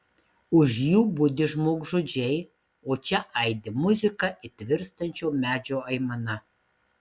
už jų budi žmogžudžiai o čia aidi muzika it virstančio medžio aimana